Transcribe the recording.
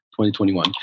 2021